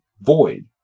void